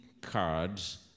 cards